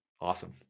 awesome